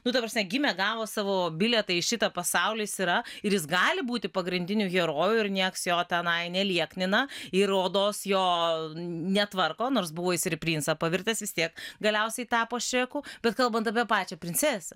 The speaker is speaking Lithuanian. nu ta prasme gimė gavo savo bilietą į šitą pasaulį jis yra ir jis gali būti pagrindiniu heroju ir nieks jo tenai nelieknina ir odos jo netvarko nors buvo jis ir į princą pavirtęs vis tiek galiausiai tapo šreku bet kalbant apie pačią princesę